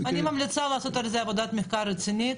אני ממליצה לעשות על זה עבודת מחקר רצינית.